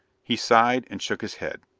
he sighed and shook his head.